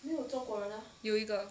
有一个